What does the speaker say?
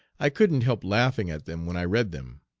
i couldn't help laughing at them when i read them.